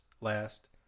last